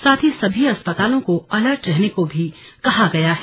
साथ ही सभी अस्पतालों को अलर्ट पर रहने को भी कहा है